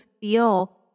feel